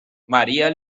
maría